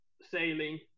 sailing